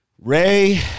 Ray